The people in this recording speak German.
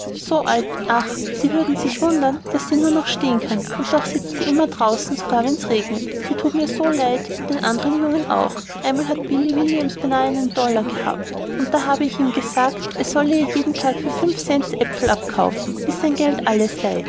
so alt ach sie würden sich wundern daß sie nur noch stehen kann und doch sitzt sie immer draußen sogar wenn es regnet sie thut mir so leid und den andern jungen auch einmal hat billy williams beinahe einen dollar gehabt und da habe ich ihm gesagt er solle ihr jeden tag um fünf cents aepfel abkaufen bis sein geld alle sei